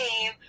game